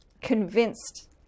convinced